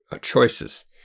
choices